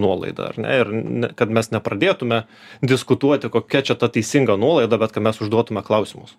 nuolaidą ar ne ir kad mes nepradėtume diskutuoti kokia čia ta teisinga nuolaida bet kai mes užduotume klausimus